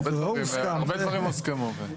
הרבה דברים הוסכמו.